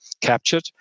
captured